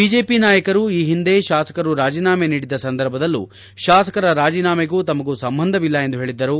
BJP ನಾಯಕರು ಈ ಹಿಂದೆ ಶಾಸಕರು ರಾಜೀನಾಮೆ ನೀಡಿದ ಸಂದರ್ಭದಲ್ಲೂ ಶಾಸಕರ ರಾಜೀನಾಮೆಗೂ ತಮಗೂ ಸಂಬಂಧವಿಲ್ಲ ಎಂದು ಹೇಳಿದ್ದರು